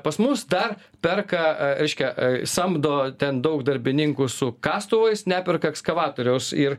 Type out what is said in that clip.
pas mus dar perka reiškia samdo ten daug darbininkų su kastuvais neperka ekskavatoriaus ir